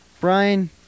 Brian